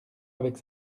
avec